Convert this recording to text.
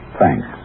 thanks